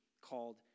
called